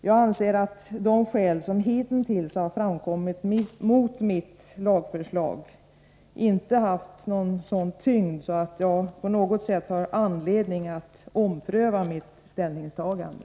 Jag anser att de skäl som hitintills har framförts mot mitt lagförslag inte har haft sådan tyngd att jag på något sätt har anledning att ompröva mitt ställningstagande.